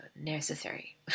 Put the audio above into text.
necessary